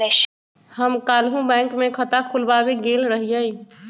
हम काल्हु बैंक में खता खोलबाबे गेल रहियइ